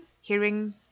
hearing